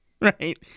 Right